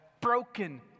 broken